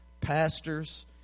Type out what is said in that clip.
pastors